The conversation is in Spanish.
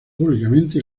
públicamente